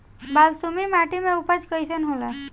बालसुमी माटी मे उपज कईसन होला?